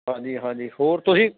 ਹਾਂਜੀ ਹਾਂਜੀ ਹੋਰ ਤੁਸੀਂ